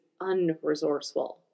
unresourceful